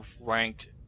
ranked